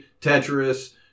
Tetris